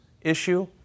issue